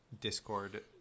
Discord